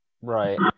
Right